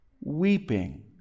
weeping